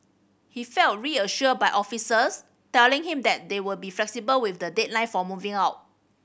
he felt reassured by officers telling him that they will be flexible with the deadline for moving out